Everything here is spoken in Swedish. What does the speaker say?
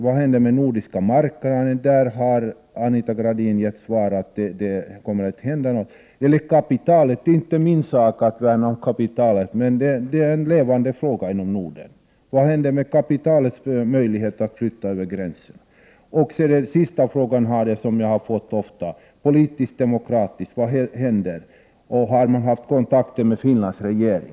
Vad händer med den nordiska marknaden? Anita Gradin har svarat att det inte kommer att hända någonting. Vad händer med kapitalet? Det är visserligen inte min sak att värna om kapitalet, men det är en levande fråga inom Norden. Vad händer med möjligheterna att flytta kapital över gränserna? Den sista frågan jag vill ställa har jag själv ofta fått. Vad händer rent politiskt och demokratiskt? Har man kontakt med Finlands regering?